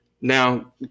now